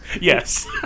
yes